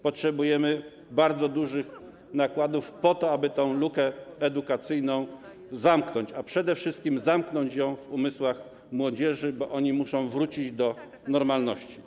Potrzebujemy bardzo dużych nakładów na to, aby tę lukę edukacyjną zamknąć, przede wszystkim zamknąć ją w umysłach młodzieży, bo ona musi wrócić do normalności.